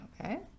Okay